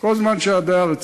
כל זמן שהדייר אצלו.